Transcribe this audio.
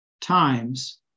times